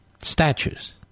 statues